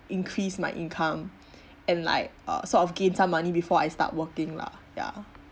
increase my income and like uh sort of gain some money before I start working lah ya